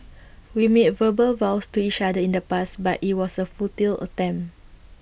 we made verbal vows to each other in the past but IT was A futile attempt